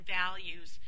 values